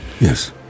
yes